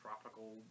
tropical